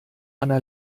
anna